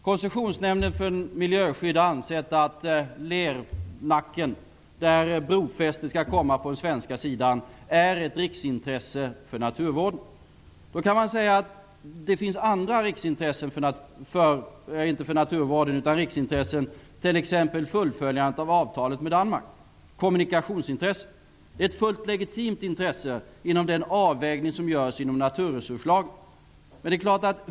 Koncessionsnämnden för miljöskydd har ansett att Lernacken där brofästet skall göras på den svenska sidan är ett riksintresse för naturvården. Man kan då säga att det finns andra riksintressen, t.ex. fullföljandet av avtalet med Danmark och kommunikationsintresset. Det är ett fullt legitimt intresse, med hänsyn till den avvägning som görs inom naturresurslagen.